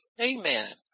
Amen